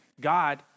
God